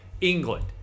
England